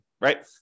right